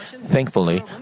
Thankfully